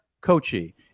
Kochi